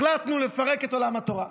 החלטנו לפרק את עולם התורה.